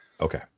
Okay